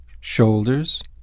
shoulders